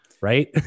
Right